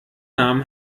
nahm